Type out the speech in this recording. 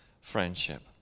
friendship